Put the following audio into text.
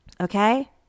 okay